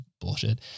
bullshit